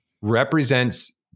represents